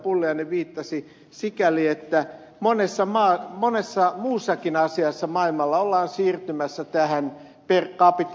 pulliainen viittasi sikäli että monessa muussakin asiassa maailmalla ollaan siirtymässä tähän per capita ajatteluun